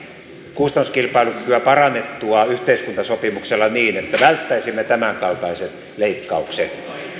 kustannuskilpailukykyä parannettua yhteiskuntasopimuksella niin että välttäisimme tämänkaltaiset leikkaukset